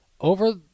over